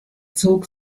zog